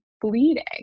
bleeding